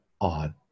odd